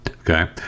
Okay